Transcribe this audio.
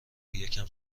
یکم